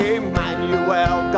Emmanuel